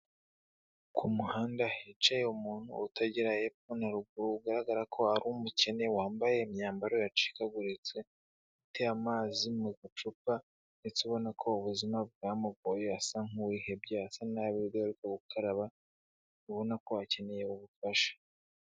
Ku muhanda hicaye umuntu utagera hepfo na ruguru, bigaragara ko ari umukene, wambaye imyambaro yacikaguritse ufite amazi mu gacupa, ndetse ubona ko ubuzima bwamugoye, asa nk'uwihebye, asa nk'aho adaherukaruka gukaraba, ubona ko akeneye ubufasha.